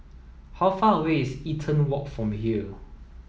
how far away is Eaton Walk from here